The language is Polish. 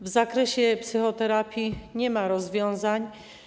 W zakresie psychoterapii nie ma rozwiązań.